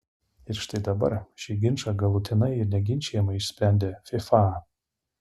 ir štai dabar šį ginčą galutinai ir neginčijamai išsprendė fifa